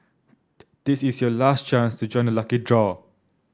this is your last chance to join the lucky draw